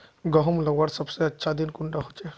गहुम लगवार सबसे अच्छा दिन कुंडा होचे?